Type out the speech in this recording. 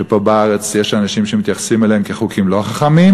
שפה בארץ יש אנשים שמתייחסים אליהם כאל חוקים לא חכמים,